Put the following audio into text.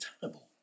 tenable